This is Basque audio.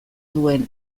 duen